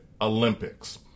Olympics